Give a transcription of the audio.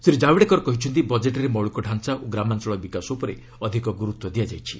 ଶ୍ରୀ ଜାଭଡେକର କହିଛନ୍ତି ବଜେଟ୍ରେ ମୌଳିକ ଢାଞ୍ଚା ଓ ଗ୍ରାମାଞ୍ଚଳ ବିକାଶ ଉପରେ ଅଧିକ ଗୁରୁତ୍ୱ ଦିଆଯାଇଛି